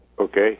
Okay